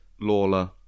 Lawler